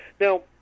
Now